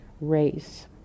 race